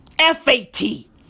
F-A-T